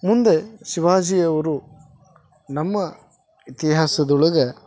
ಮುಂದೆ ಶಿವಾಜಿಯವರು ನಮ್ಮ ಇತಿಹಾಸದೊಳಗ